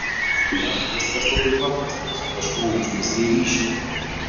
na viskas labai paprasta su kažkuo užmezgei ryšį